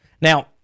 Now